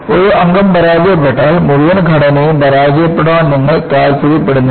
ഒരു അംഗം പരാജയപ്പെട്ടാൽ മുഴുവൻ ഘടനയും പരാജയപ്പെടാൻ നിങ്ങൾ താല്പര്യപ്പെടുന്നില്ല